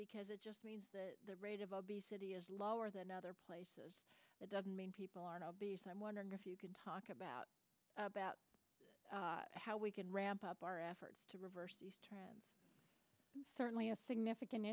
because it just means that the rate of obesity is lower than other places that doesn't mean people aren't obese i'm wondering if you could talk about about how we can ramp up our efforts to reverse this trend and certainly a significant